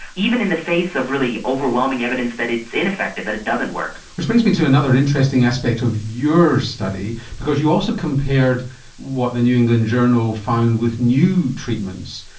even in the face of really overwhelming evidence that it's ineffective, that it doesn't work. which brings me to another interesting aspect of your study, because you also compared what the new england journal found with new treatments,